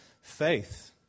faith